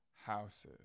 houses